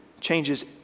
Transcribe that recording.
changes